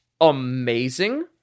amazing